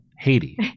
Haiti